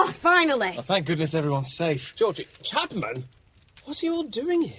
ah finally! thank goodness everyone's safe! georgie, chapman what are you all doing here?